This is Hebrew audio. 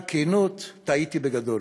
על כנות, טעיתי בגדול,